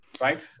right